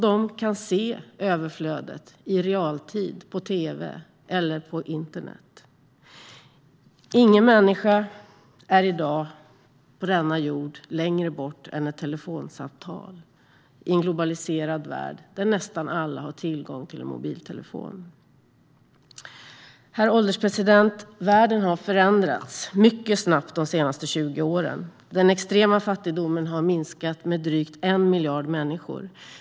De kan se överflödet i realtid på tv eller på internet. Ingen människa är i dag på denna jord längre bort än ett telefonsamtal i en globaliserad värld där nästan alla har tillgång till mobiltelefon. Herr ålderspresident! Världen har förändrats mycket snabbt de senaste 20 åren. Den extrema fattigdomen har minskat med drygt 1 miljard människor.